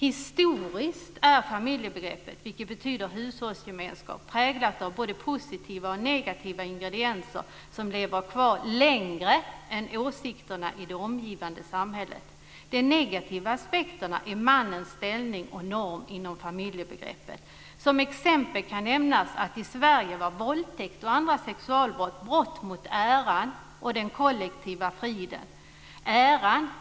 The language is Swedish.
Historiskt är familjebegreppet, som bygger på hushållsgemenskap, präglat av både positiva och negativa ingredienser som lever kvar längre än åsikterna i det omgivande samhället. En negativ aspekt är mannens ställning som norm inom familjebegreppet. Som exempel kan nämnas att i Sverige var tidigare våldtäkt och andra sexualbrott brott mot äran och den kollektiva friden.